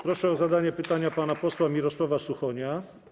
Proszę o zadanie pytania pana posła Mirosława Suchonia.